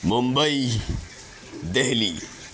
Mumbai Delhi